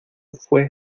fué